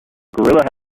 gorilla